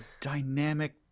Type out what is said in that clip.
dynamic